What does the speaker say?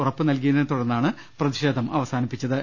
ഉറപ്പ് നൽകിയതിനെ തുടർന്നാണ് പ്രതിഷേധം അവസാനിപ്പിച്ചത്